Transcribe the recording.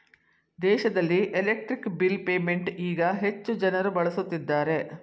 ದೇಶದಲ್ಲಿ electric bill payment ಈಗ ಹೆಚ್ಚು ಜನರು ಬಳಸುತ್ತಿದ್ದಾರೆ